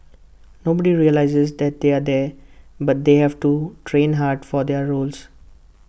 nobody realises that they're there but they have to train hard for their roles